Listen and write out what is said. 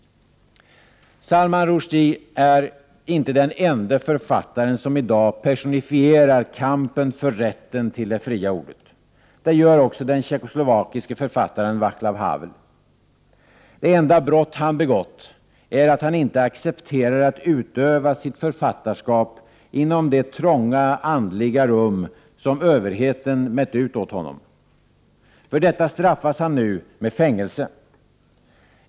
Salman Rushdie är inte den ende författaren som i dag personifierar kampen för rätten till det fria ordet. Det gör också den tjeckoslovakiske författaren Våclav Havel. Det enda brott han begått är att han inte accepterar att utöva sitt författarskap inom det trånga andliga rum som överheten mätt ut åt honom. För detta straffas han nu med fängelse.